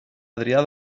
adrià